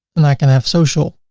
and i can have social.